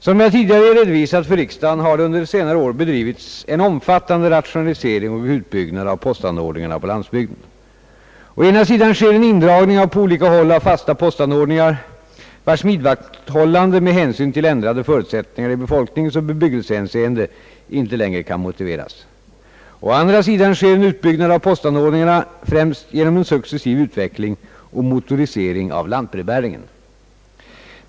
Som jag tidigare redovisat för riksdagen har det under senare år bedrivits en omfattande rationalisering och utbyggnad av postanordningarna på landsbygden. Å ena sidan sker en indragning på olika håll av fasta postanordningar, vars vidmakthållande med hänsyn till ändrade förutsättningar i befolkningsoch bebyggelsehänseende inte längre kan motiveras. Å andra sidan sker en utbyggnad av postanordningarna främst genom en successiv utveckling och motorisering av lantbrevbäringen.